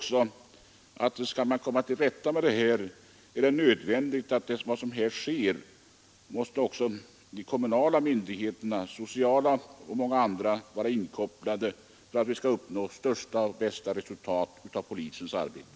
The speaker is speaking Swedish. Skall man komma till rätta med problemen och nå bästa resultat av polisens arbete, är det nödvändigt att koppla in de kommunala myndigheterna — sociala och andra.